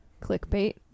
Clickbait